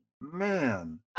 man